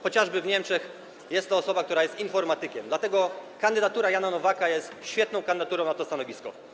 Chociażby w Niemczech jest to osoba, która jest informatykiem, dlatego kandydatura Jana Nowaka jest świetną kandydaturą na to stanowisko.